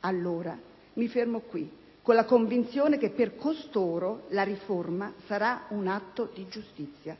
Allora mi fermo qui, con la convinzione che per costoro la riforma sarà un atto di giustizia.